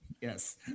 yes